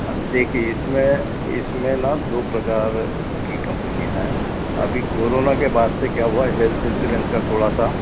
देखिए इसमें इसमें ना दो प्रकार कि कम्पनियाँ हैं अभी कोरोना के बाद से क्या हुआ हेल्थ इन्श्योरेन्स का थोड़ा सा